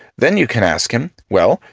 then you can ask him well,